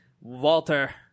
Walter